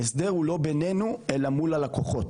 ההסדר הוא לא בינינו אלא מול הלקוחות.